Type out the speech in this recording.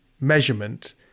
measurement